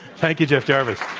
thank you, jeff jarvis.